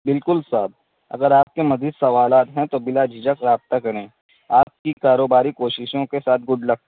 بالکل سعد اگر آپ کے مزید سوالات ہیں تو بلا جھجک رابطہ کریں آپ کی کاروباری کوششوں کے ساتھ گڈ لک